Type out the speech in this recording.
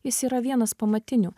jis yra vienas pamatinių